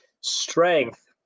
Strength